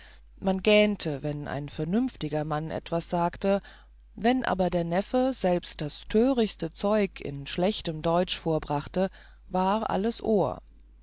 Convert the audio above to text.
man gähnte wenn ein vernünftiger mann etwas sagte wenn aber der neffe selbst das törichste zeug in schlechtem deutsch vorbrachte war alles ohr